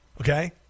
okay